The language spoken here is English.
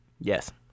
Yes